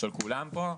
כולם פה,